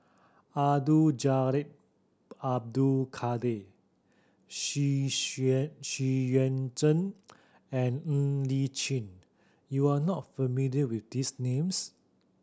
Abdul Jalil Abdul Kadir Xu Xu Yuan Zhen and Ng Li Chin you are not familiar with these names